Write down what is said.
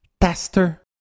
tester